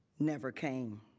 never came.